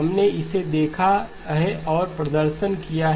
हमने इसे देखा है और प्रदर्शन किया है